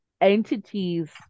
entities